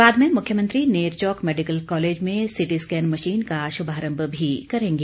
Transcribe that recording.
बाद में मुख्यमंत्री नेरचौक मेडिकल कॉलेज में सी टी स्कैन मशीन का शुभारम्भ भी करेंगे